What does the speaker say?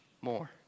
more